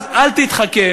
אז אל תתחכם,